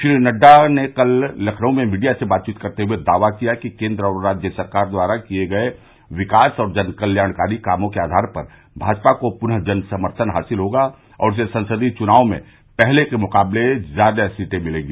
श्री नड्डा ने कल लखनऊ में मीडिया से बातचीत करते हुए दावा किया कि केन्द्र और राज्य सरकार द्वारा किये गये विकास और जनकल्याणकारी कामों के आधार पर भाजपा को प्नः जनसमर्थन हासिल होगा और उसे संसदीय चुनाव में पहले के मुकाबले में ज़्यादा सीटें मिलेंगी